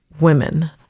women